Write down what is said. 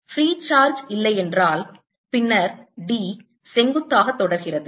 Free charge இல்லை என்றால் பின்னர் D செங்குத்தாக தொடர்கிறது